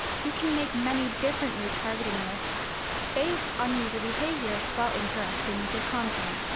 you can make many different retargeting lists based on user behaviour while interacting with your content.